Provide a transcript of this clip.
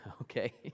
okay